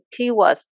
keywords